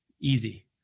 Easy